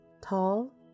tall